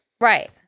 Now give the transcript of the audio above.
Right